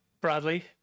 Bradley